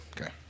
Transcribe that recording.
Okay